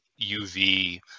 UV